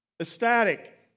ecstatic